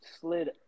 slid